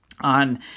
on